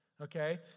Okay